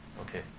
Okay